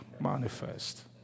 manifest